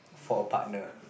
for a partner